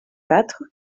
quatre